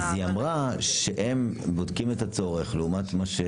אז היא אמרה שהם בודקים את הצורך לעומת מה,